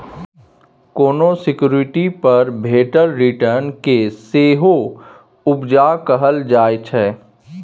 कोनो सिक्युरिटी पर भेटल रिटर्न केँ सेहो उपजा कहल जाइ छै